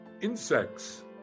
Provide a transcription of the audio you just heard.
insects